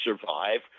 survive